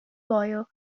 lawyer